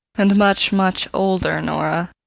and much, much older, nora.